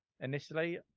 initially